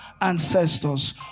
ancestors